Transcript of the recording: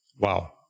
Wow